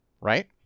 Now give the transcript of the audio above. right